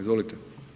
Izvolite.